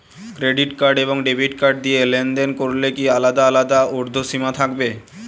Credit card এবং debit card দিয়ে লেনদেন করলে কি আলাদা আলাদা ঊর্ধ্বসীমা থাকবে?